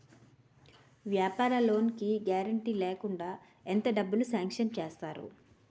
వ్యాపార లోన్ కి గారంటే లేకుండా ఎంత డబ్బులు సాంక్షన్ చేస్తారు?